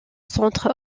centre